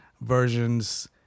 versions